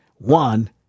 One